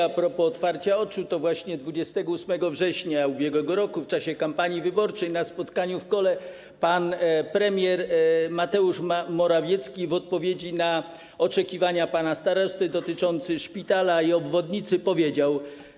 A propos otwarcia oczu: to właśnie 28 września ub.r., w czasie kampanii wyborczej, na spotkaniu w Kole pan premier Mateusz Morawiecki w odpowiedzi na oczekiwania pana starosty dotyczące szpitala i obwodnicy powiedział: